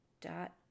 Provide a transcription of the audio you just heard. .dot